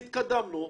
התקדמנו,